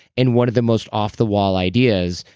and one of the most off-the-wall ideas,